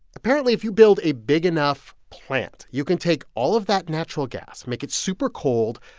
apparently, if you build a big enough plant, you can take all of that natural gas, make it super cold,